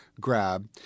grab